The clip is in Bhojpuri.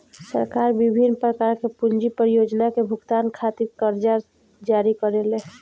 सरकार बिभिन्न प्रकार के पूंजी परियोजना के भुगतान खातिर करजा जारी करेले